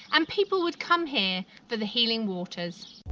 and people would come here for the healing waters.